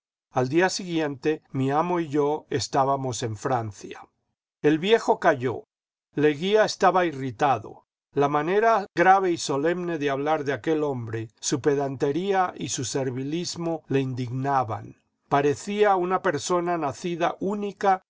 al día siguiente mi amo y yo estábamos en francia el viejo calló leguía estaba irritado la manera grave y solemne de hablar de aquel hombre su pedantería y su servilismo le indignaban parecía una persona nacida única